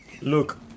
Look